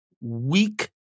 weak